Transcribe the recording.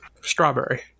Strawberry